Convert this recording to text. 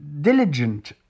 diligent